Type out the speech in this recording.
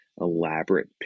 elaborate